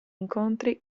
incontri